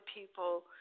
people